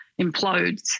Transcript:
implodes